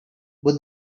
but